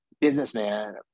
businessman